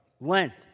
length